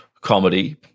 comedy